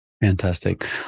Fantastic